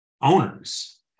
owners